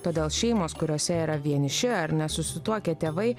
todėl šeimos kuriose yra vieniši ar nesusituokę tėvai